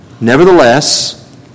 Nevertheless